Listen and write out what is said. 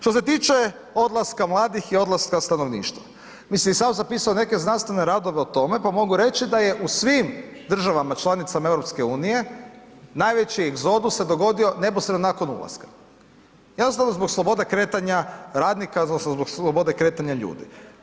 Što se tiče odlaska mladih i odlaska stanovništva… [[Govornik se ne razumije]] sam zapisao neke znanstvene radove o tome, pa mogu reći da je u svim državama članicama EU najveći egzodus se dogodio neposredno nakon ulaska, jednostavno zbog slobode kretanja radnika odnosno zbog slobode kretanja ljudi.